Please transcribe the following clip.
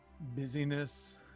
busyness